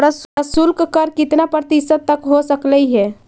प्रशुल्क कर कितना प्रतिशत तक हो सकलई हे?